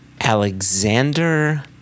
Alexander